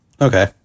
Okay